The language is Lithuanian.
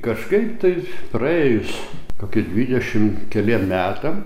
kažkaip tai praėjus kokių dvidešim keliem metam